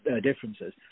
differences